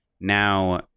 now